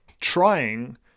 trying